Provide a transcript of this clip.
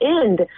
end